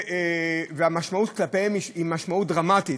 והמשמעות כלפיהם היא משמעות דרמטית.